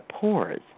pores